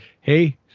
hey